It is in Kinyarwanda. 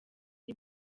ari